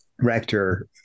rector